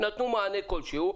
נתנו מענה כלשהו,